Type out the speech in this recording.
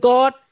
God